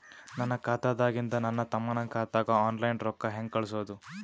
ನನ್ನ ಖಾತಾದಾಗಿಂದ ನನ್ನ ತಮ್ಮನ ಖಾತಾಗ ಆನ್ಲೈನ್ ರೊಕ್ಕ ಹೇಂಗ ಕಳಸೋದು?